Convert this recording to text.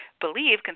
believe